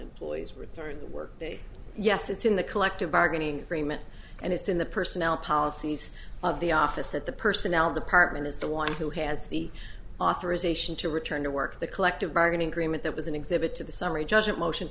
employees return to work day yes it's in the collective bargaining agreement and it's in the personnel policies of the office that the personnel department is the one who has the authorization to return to work the collective bargaining agreement that was an exhibit to the summary judgment motion